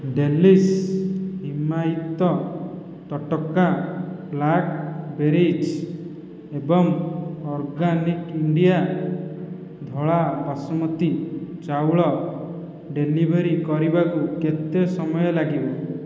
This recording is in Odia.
ଡେଲିଶ୍ ହିମାୟିତ ତଟକା ବ୍ଲାକ୍ବେରିଜ୍ ଏବଂ ଅର୍ଗାନିକ ଇଣ୍ଡିଆ ଧଳା ବାସୁମତୀ ଚାଉଳ ଡେଲିଭରି କରିବାକୁ କେତେ ସମୟ ଲାଗିବ